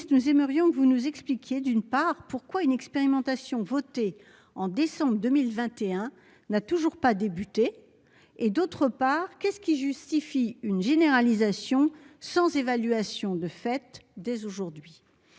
nous aimerions que vous nous expliquiez, d'une part. Pourquoi une expérimentation votée en décembre 2021 n'a toujours pas débuté. Et d'autre part qu'est ce qui justifie une généralisation sans évaluation de fait dès aujourd'hui.